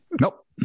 Nope